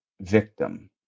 victim